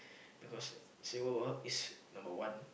because Singapore is number one